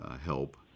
help